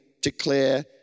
declare